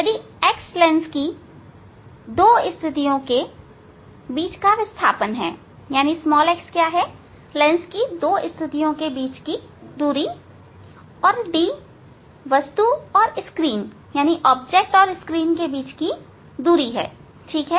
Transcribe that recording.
यदि x lens की दो स्थितियों के बीच का विस्थापन है और D वस्तु और स्क्रीन के बीच की दूरी है ठीक है